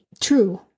true